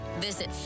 visit